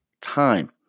time